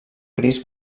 gris